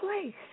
place